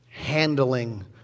handling